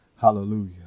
Hallelujah